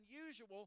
unusual